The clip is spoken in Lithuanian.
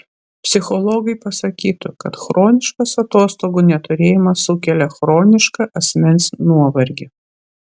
psichologai pasakytų kad chroniškas atostogų neturėjimas sukelia chronišką asmens nuovargį